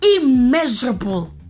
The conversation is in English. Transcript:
Immeasurable